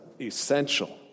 essential